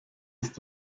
ist